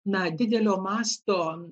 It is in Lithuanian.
na didelio masto